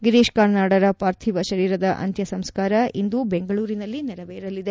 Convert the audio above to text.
ಗಿರೀಶ್ ಕಾರ್ನಾಡರ ಪಾಥೀವ ಶರೀರದ ಅಂತ್ಯ ಸಂಸ್ಕಾರ ಇಂದು ಬೆಂಗಳೂರಿನಲ್ಲಿ ನೆರವೇರಲಿದೆ